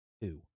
two